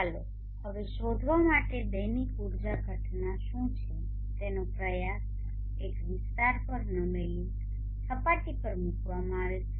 ચાલો હવે શોધવા માટે દૈનિક ઊર્જા ઘટના શું છે તેનો પ્રયાસ એક વિસ્તાર પર નમેલી સપાટી પર મૂકવામાં આવે છે